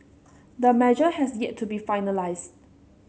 the measure has yet to be finalised